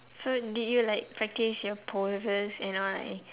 so did you like practice your poses and all